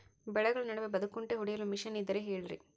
ಬೆಳೆಗಳ ನಡುವೆ ಬದೆಕುಂಟೆ ಹೊಡೆಯಲು ಮಿಷನ್ ಇದ್ದರೆ ಹೇಳಿರಿ